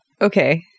Okay